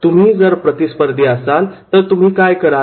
तुम्ही जर प्रतिस्पर्धी असाल तर तुम्ही काय कराल